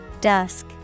Dusk